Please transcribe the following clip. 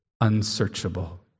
unsearchable